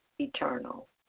eternal